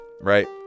right